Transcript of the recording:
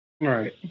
Right